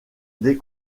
des